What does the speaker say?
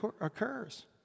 occurs